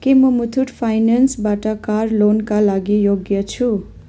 के म मुथूट फाइनेन्सबाट कार लोनका लागि योग्य छु